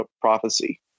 prophecy